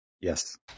Yes